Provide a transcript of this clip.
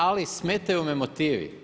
Ali smetaju me motivi.